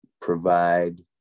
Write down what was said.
provide